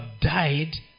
died